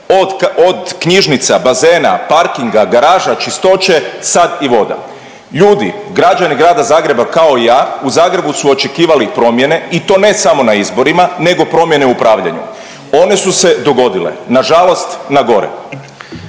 od knjižnica, bazena, parkinga, garaža, čistoće, sad i voda. Ljudi, građani grada Zagreba, kao i ja, u Zagrebu su očekivali promjene i to ne samo na izborima nego promjene u upravljanju. One su se dogodile, nažalost na gore.